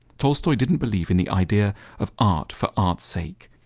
tolstoy didn't believe in the idea of art for art's sake.